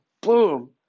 Boom